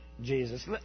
Jesus